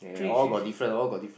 three three three